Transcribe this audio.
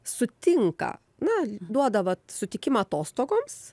sutinka na duoda vat sutikimą atostogoms